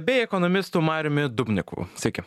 bei ekonomistu mariumi dubniku sveiki